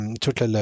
Toute